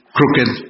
crooked